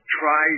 try